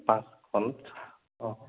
পাচঁখন অঁ